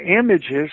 images